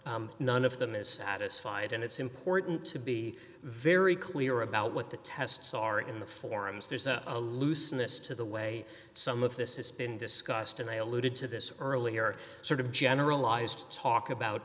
so none of them is satisfied and it's important to be very clear about what the tests are in the forums there's a looseness to the way some of this has been discussed and i alluded to this earlier sort of generalized talk about